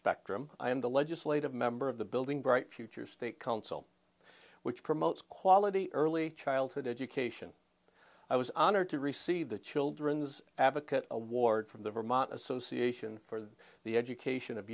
spectrum i am the legislative member of the building bright future state council which promotes quality early childhood education i was honored to receive the children's advocate award from the vermont association for the education of